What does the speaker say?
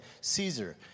Caesar